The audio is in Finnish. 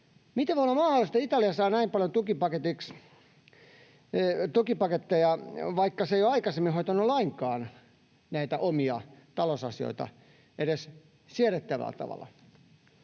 miten voi olla mahdollista, että Italia saa näin paljon tukipaketteja, vaikka se ei ole aikaisemmin hoitanut lainkaan näitä omia talousasioitaan edes siedettävällä tavalla?